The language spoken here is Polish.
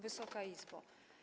Wysoka Izbo!